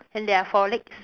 and there are four legs